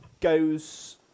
Goes